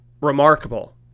remarkable